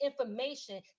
information